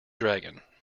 dragon